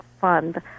fund—